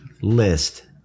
list